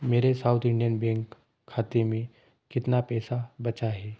मेरे South Indian Bank खाते में कितना पैसा बचा है